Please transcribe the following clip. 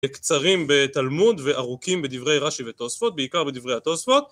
קצרים בתלמוד וארוכים בדברי רש"י ותוספות, בעיקר בדברי התוספות